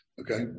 Okay